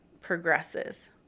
progresses